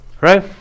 right